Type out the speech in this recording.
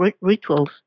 rituals